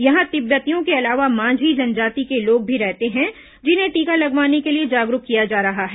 यहां तिब्बतियों के अलावा मांझी जनजाति के लोग भी रहते हैं जिन्हें टीका लगवाने के लिए जागरूक किया जा रहा है